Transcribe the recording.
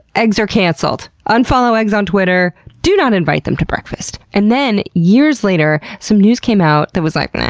eggs are cancelled! unfollow eggs on twitter. do not invite them to breakfast. and then, years later, some news came out that was like, naaah,